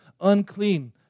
unclean